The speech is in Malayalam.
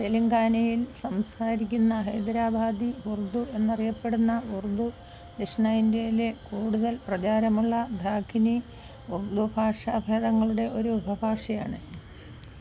തെലങ്കാനയില് സംസാരിക്കുന്ന ഹൈദരാബാദീ ഉർദു എന്നറിയപ്പെടുന്ന ഉർദു ദക്ഷിണേൻഡ്യയിലെ കൂടുതല് പ്രചാരമുള്ള ദഖിനി ഉർദു ഭാഷാഭേദങ്ങളുടെ ഒരു ഉപഭാഷയാണ്